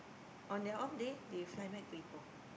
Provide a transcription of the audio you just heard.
on their off day they fly back to Ipoh